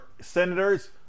Senators